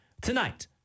tonight